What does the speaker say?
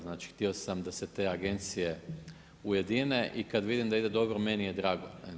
Znači htio sam da se te agencije ujedine i kada vidim da ide dobro meni je drago.